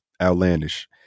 outlandish